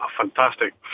fantastic